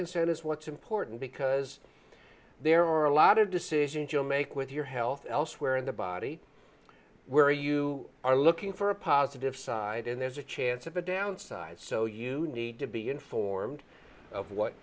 consent is what's important because there are a lot of decisions you make with your health elsewhere in the body where you are looking for a positive side and there's a chance of a downside so you need to be informed of what